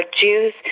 Jews